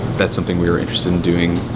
that's something we were interested in doing,